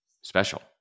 special